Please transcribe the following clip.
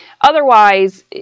Otherwise